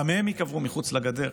גם הם ייקברו מחוץ לגדר.